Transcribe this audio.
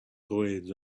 coins